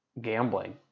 gambling